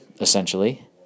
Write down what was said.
essentially